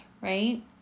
right